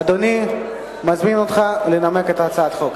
אדוני, אני מזמין אותך לנמק את הצעת החוק.